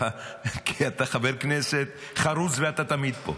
כי אתה חבר כנסת חרוץ ואתה תמיד פה,